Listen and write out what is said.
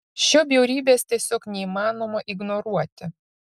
šio bjaurybės tiesiog neįmanoma ignoruoti